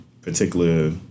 particular